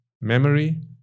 memory